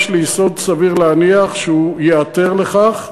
יש לי יסוד סביר להניח שהוא ייעתר לכך,